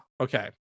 Okay